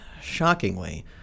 shockingly